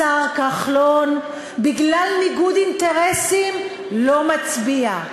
השר כחלון, בגלל ניגוד אינטרסים, לא מצביע,